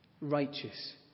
Righteous